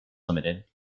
limited